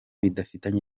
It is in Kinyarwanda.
bifitanye